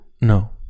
No